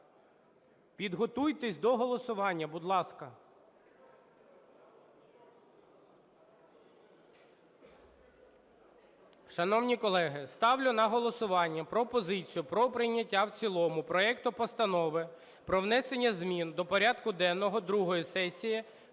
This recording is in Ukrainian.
Підготуйтесь до голосування, будь ласка.